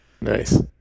Nice